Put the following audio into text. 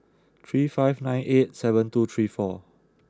three five nine eight seven two three four